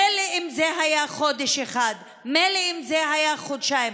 מילא אם זה היה חודש אחד, מילא אם זה היה חודשיים.